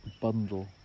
bundle